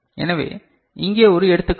எனவே இங்கே ஒரு எடுத்துக்காட்டு